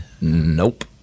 nope